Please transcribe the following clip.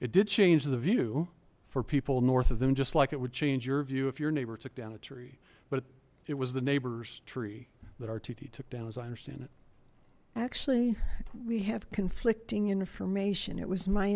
it did change the view for people north of them just like it would change your view if your neighbor took down a tree but it was the neighbor's tree that our titi took down as i understand it actually we have conflicting information it was my